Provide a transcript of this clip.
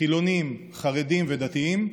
חילונים, חרדים ודתיים,